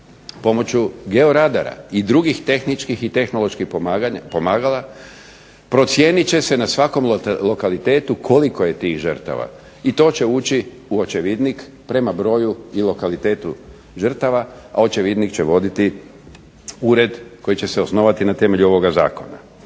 Pomoću georadara i drugih tehničkih i tehnoloških pomagala procijenit će se na svakom lokalitetu koliko je tih žrtava i to će ući u Očevidnik prema broju i lokalitetu žrtava. A Očevidnik će voditi ured koji će se osnovati na temelju ovoga zakona.